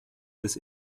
des